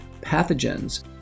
pathogens